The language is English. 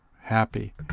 happy